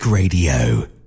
Radio